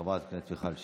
חברת הכנסת מיכל שיר.